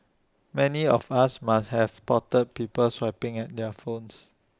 many of us must have spotted people swiping at their phones